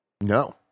No